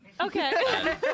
Okay